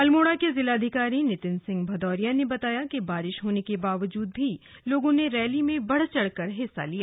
अल्मोड़ा के जिलाधिकारी नितिन सिंह भदौरिया ने बताया कि बारिश होने के बावजूद भी लोगों ने रैली में बढ़ चढ़कर हिस्सा लिया